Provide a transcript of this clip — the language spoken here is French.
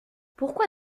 pourquoi